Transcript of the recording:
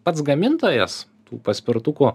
pats gamintojas tų paspirtukų